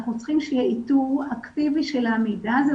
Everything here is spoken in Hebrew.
אנחנו צריכים שיהיה איתור אקטיבי של המידע הזה,